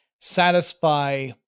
satisfy